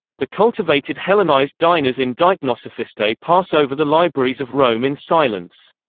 the cultivated hellenized diners in deipnosophistae pass over the libraries of rome in silence.